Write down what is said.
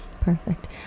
perfect